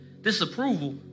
disapproval